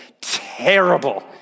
terrible